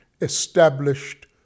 established